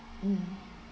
mm